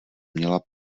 měla